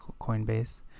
Coinbase